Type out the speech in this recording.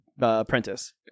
apprentice